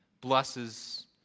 blesses